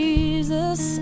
Jesus